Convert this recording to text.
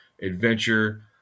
adventure